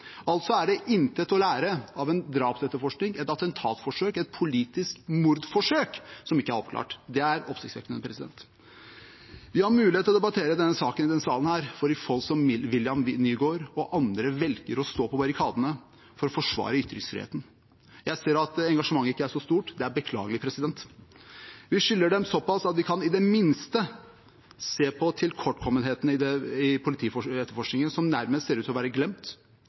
Altså er det intet å lære av en drapsetterforskning, et attentatforsøk, et politisk mordforsøk som ikke er oppklart. Det er oppsiktsvekkende. Vi har mulighet til å debattere denne saken i denne salen fordi folk som William Nygaard og andre velger å stå på barrikadene for å forsvare ytringsfriheten. Jeg ser at engasjementet ikke er så stort. Det er beklagelig. Vi skylder dem såpass at vi i det minste kan se på tilkortkommenheten i politietterforskningen, som nærmest ser ut til å være glemt